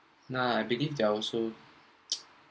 nah I believe they are also